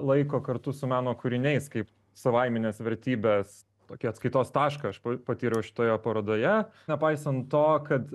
laiko kartu su meno kūriniais kaip savaiminės vertybės tokį atskaitos tašką aš pat patyriau šitoje parodoje nepaisant to kad